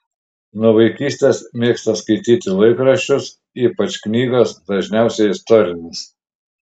nuo vaikystės mėgsta skaityti laikraščius ypač knygas dažniausiai istorines